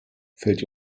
fällt